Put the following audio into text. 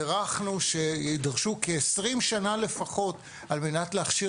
הערכנו שיידרשו כ-20 שנה לפחות על מנת להכשיר